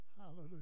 Hallelujah